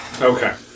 Okay